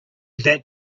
that